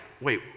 wait